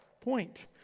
point